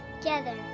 Together